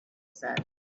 said